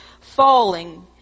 falling